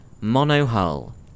mono-hull